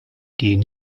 gehen